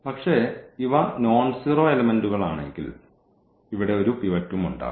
പക്ഷേ ഇവ നോൺസീറോ എലെമെന്റുകൾ ആണെങ്കിൽ ഇവിടെ ഒരു പിവറ്റും ഉണ്ടാകും